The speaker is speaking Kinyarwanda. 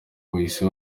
bahise